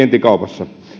kaupaksi